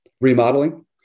remodeling